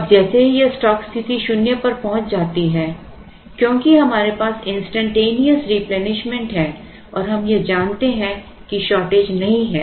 अब जैसे ही यह स्टॉक स्थिति शून्य पर पहुंच जाती है क्योंकि हमारे पास इंस्टैन्टेनियस रिप्लेनिशमेंट है और हम यह मानते हैं कि शॉर्टेज नहीं है